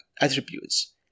attributes